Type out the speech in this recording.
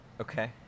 okay